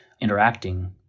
interacting